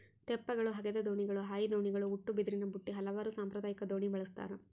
ತೆಪ್ಪಗಳು ಹಗೆದ ದೋಣಿಗಳು ಹಾಯಿ ದೋಣಿಗಳು ಉಟ್ಟುಬಿದಿರಿನಬುಟ್ಟಿ ಹಲವಾರು ಸಾಂಪ್ರದಾಯಿಕ ದೋಣಿ ಬಳಸ್ತಾರ